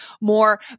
more